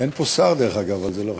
אין פה שר, דרך אגב, אבל זה לא חשוב.